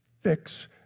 Fix